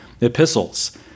epistles